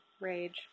Rage